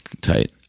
Tight